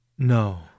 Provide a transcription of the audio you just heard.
No